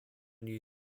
new